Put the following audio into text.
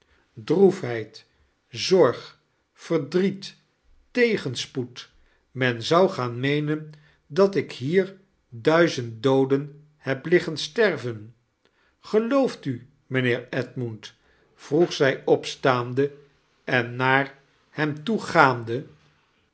droefheid zorg verdriet tegenspoed men zou gaan meenen feat ik hier duizend dooden heb liggen sterven gelooft u mijnheer edmund vroeg zij opstaande en naar hem toe gaande